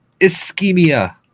ischemia